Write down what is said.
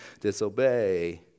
disobey